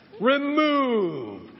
Remove